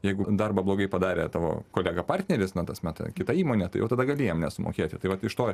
jeigu darbą blogai padarė tavo kolega partneris na tas meta kitą įmonę tai jau tada gali jam nesumokėti tai vat iš to